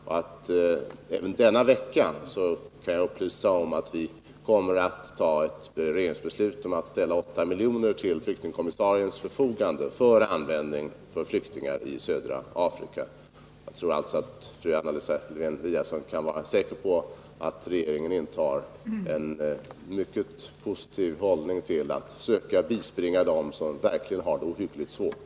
Jag kan upplysa om att regeringen denna vecka kommer att fatta beslut om att ställa 8 miljoner till flyktingkommissariens förfogande, för flyktingar i södra Afrika. Jag tror att fru Anna Lisa Lewén-Eliasson kan vara säker på att regeringen intar en mycket positiv hållning till att söka bispringa dem som verkligen har det ohyggligt svårt.